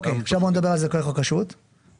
אוקיי, עכשיו בואו נדבר על תושבים חוזרים, נכון?